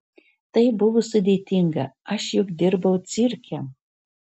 tai buvo sudėtinga aš juk dirbau cirke